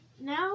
now